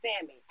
Sammy